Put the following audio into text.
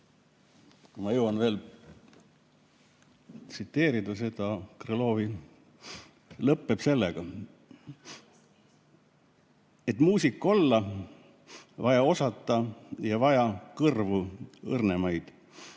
Ma jõuan veel tsiteerida seda Krõlovi. Valm lõpeb sellega: ""Et muusik olla, vaja osata ja vaja kõrvu õrnemaid,